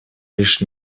лишь